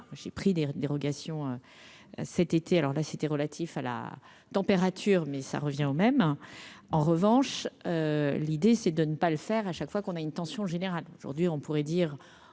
j'ai pris des dérogations cet été alors la cité relatifs à la température mais ça revient au même, en revanche, l'idée c'est de ne pas le faire à chaque fois qu'on a une tension générale aujourd'hui on pourrait dire